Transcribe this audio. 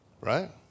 right